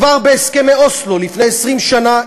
כבר בהסכמי אוסלו לפני 20 שנה,